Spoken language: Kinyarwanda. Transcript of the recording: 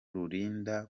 rurinda